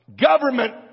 government